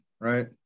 right